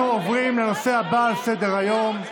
אנחנו עוברים לנושא הבא על סדר-היום.